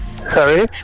Sorry